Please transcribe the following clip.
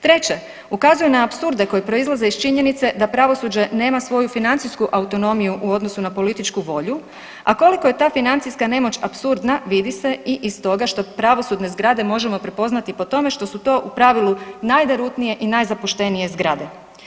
Treće, ukazuje na apsurde koji proizlaze iz činjenice da pravosuđe nema svoju financijsku autonomiju u odnosu na političku volju a koliko je ta financijska nemoć apsurdna, vidi se i iz toga što pravosudne zgrade možemo prepoznati po tome što su to u pravilu najderutnije i najzapuštenije zgrade.